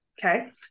Okay